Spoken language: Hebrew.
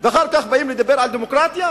ואחר כך באים לדבר על דמוקרטיה?